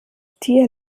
tier